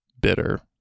bitter